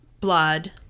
blood